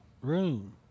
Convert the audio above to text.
room